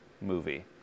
movie